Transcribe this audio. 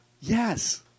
Yes